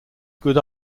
good